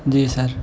جی سر